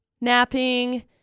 napping